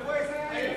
איפה 20 איש?